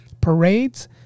parades